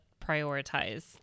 prioritize